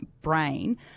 brain